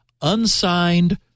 unsigned